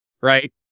right